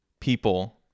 people